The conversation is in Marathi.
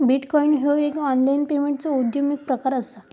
बिटकॉईन ह्यो एक ऑनलाईन पेमेंटचो उद्योन्मुख प्रकार असा